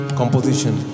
composition